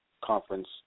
conference